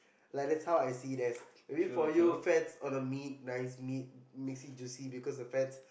like thats how I see them maybe for you fats on the meat nice meat makes it juicy because the fats